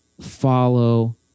Follow